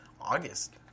August